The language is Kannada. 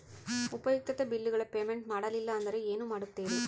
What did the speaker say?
ಉಪಯುಕ್ತತೆ ಬಿಲ್ಲುಗಳ ಪೇಮೆಂಟ್ ಮಾಡಲಿಲ್ಲ ಅಂದರೆ ಏನು ಮಾಡುತ್ತೇರಿ?